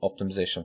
optimization